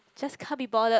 just can't be bothered